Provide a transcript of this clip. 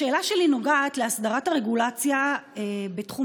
השאלה שלי נוגעת להסדרת הרגולציה בתחום